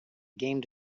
game